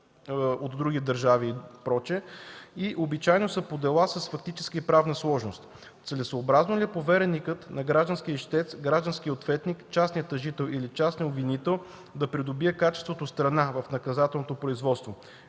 от други държави и други) и обичайно са по дела с фактическа и правна сложност; - целесъобразно ли е повереникът на гражданския ищец, гражданския ответник, частния тъжител или частния обвинител да придобие качеството „страна” в наказателното производство.